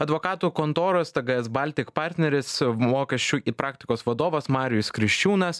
advokatų kontoros tgs baltic partneris mokesčių praktikos vadovas marijus kriščiūnas